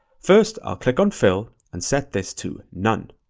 first, i'll click on fill and set this to none.